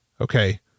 Okay